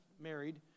married